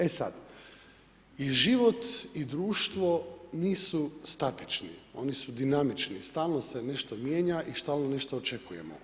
E sad, i život i društvo nisu statični, oni su dinamični, stalno se nešto mijenja i stalno nešto očekujemo.